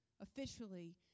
officially